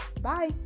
bye